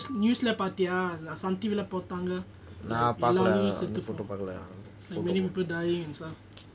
news lah பார்த்தியா:parthia like many people dying and stuff